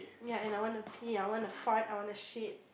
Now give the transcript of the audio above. ya and I wanna pee I wanna fart I wanna shit